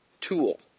tool